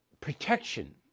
protection